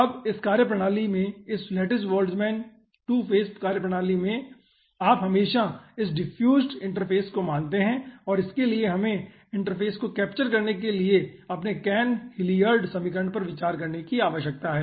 अब इस कार्यप्रणाली में इस लैटिस बोल्ट्ज़मन 2 फेज कार्यप्रणाली में आप हमेशा इस डीफ्यूजड़ इंटरफ़ेस को मानते हैं और इसके लिए हमें इंटरफ़ेस को कैप्चर करने के लिए अपने कैन हिलियर्ड समीकरण पर विचार करने की आवश्यकता है